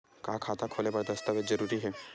का खाता खोले बर दस्तावेज जरूरी हे?